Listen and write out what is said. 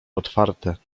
otwarte